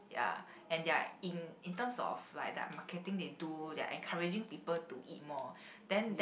ya and their in in terms of like the marketing they do they're encouraging people to eat more then that